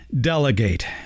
delegate